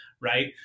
right